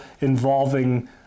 involving